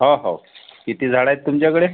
हो हो किती झाडं आहेत तुमच्याकडे